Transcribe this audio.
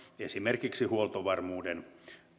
esimerkiksi huoltovarmuuden